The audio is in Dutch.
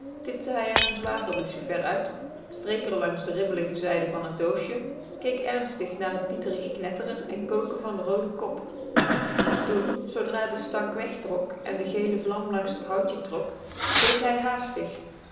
tipte hij er een zwavellucifer uit streek r langs de ribbelige zijde van t doosje keek ernstig naar t pieterig knetteren en koken van den rooden kop toen zoodra de stank wegtrok en de gele vlam langs het houtje trok zoog hij haastig